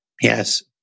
Yes